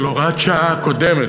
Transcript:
של הוראת השעה הקודמת,